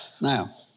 Now